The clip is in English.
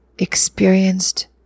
experienced